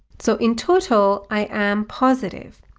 so in total, i am positive.